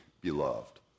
beloved